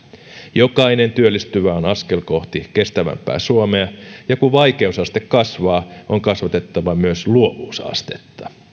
jokainen työllistyvä on askel kohti kestävämpää suomea ja kun vaikeusaste kasvaa on kasvatettava myös luovuusastetta